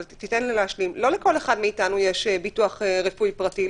אבל לא לכל אחד מאתנו יש ביטוח רפואי פרטי.